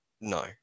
no